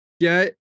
get